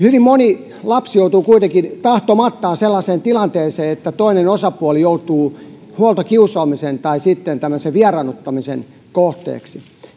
hyvin moni lapsi joutuu kuitenkin tahtomattaan sellaiseen tilanteeseen että toinen osapuoli joutuu huoltokiusaamisen tai sitten tämmöisen vieraannuttamisen kohteeksi